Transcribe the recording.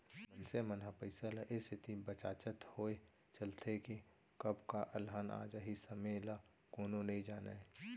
मनसे मन ह पइसा ल ए सेती बचाचत होय चलथे के कब का अलहन आ जाही समे ल कोनो नइ जानयँ